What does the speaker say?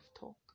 talk